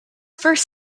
first